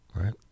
right